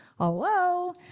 hello